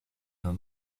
nos